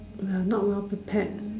uh not well prepared uh